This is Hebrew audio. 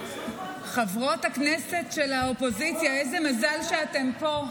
חברות הכנסת של האופוזיציה, איזה מזל שאתן פה.